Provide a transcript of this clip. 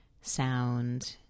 sound